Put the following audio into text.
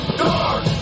dark